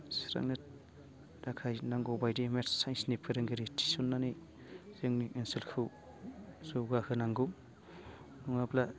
सुस्रांनो थाखाय नांगौ बायदि मेट्स साइन्सनि फोरोंगिरि थिसननानै जोंनि ओनसोलखौ जौगाहोनांगौ नङाब्ला